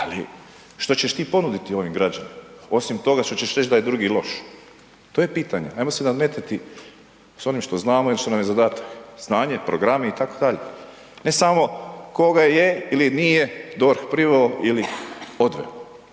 ali što ćeš ti ponuditi ovim građanima osim toga što ćeš reći da je drugi loš? To je pitanje, ajmo se nadmetati sa onim što znamo i što nam je zadatak, znanje, programi itd. ne samo koga je ili nije DORH priveo ili odveo.